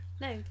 No